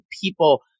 people